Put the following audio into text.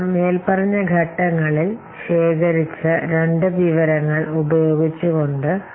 മേൽപ്പറഞ്ഞ ഘട്ടങ്ങളിൽ ശേഖരിച്ച രണ്ട് വിവരങ്ങൾ ഉപയോഗിച്ചുകൊണ്ട് വിവരങ്ങൾ ശേഖരിക്കുന്നതിലൂടെ